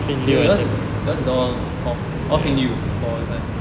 no yours is yours is all off in lieu for this one